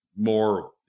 more